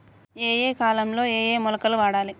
ఏయే కాలంలో ఏయే మొలకలు వాడాలి?